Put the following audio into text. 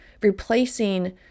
replacing